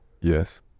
Yes